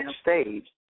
stage